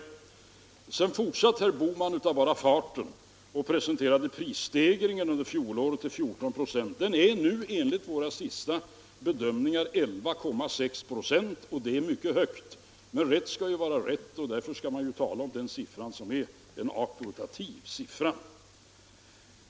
Herr Bohman fortsatte av bara farten och angav prisstegringen under fjolåret till 14 96. Den är nu enligt våra senaste bedömningar 11,6 96, och det är mycket högt. Men rätt skall vara rätt, och därför bör man ju tala om den siffra som är auktoritativ.